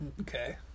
Okay